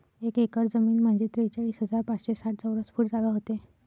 एक एकर जमीन म्हंजे त्रेचाळीस हजार पाचशे साठ चौरस फूट जागा व्हते